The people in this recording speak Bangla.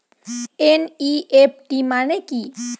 এন.ই.এফ.টি মনে কি?